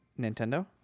Nintendo